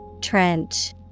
Trench